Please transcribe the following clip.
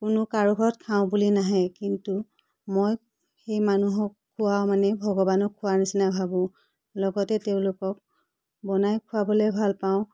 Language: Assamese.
কোনো কাৰো ঘৰত খাওঁ বুলি নাহে কিন্তু মই সেই মানুহক খোওৱা মানে ভগৱানক খোওৱাৰ নিচিনা ভাবোঁ লগতে তেওঁলোকক বনাই খোৱাবলৈ ভাল পাওঁ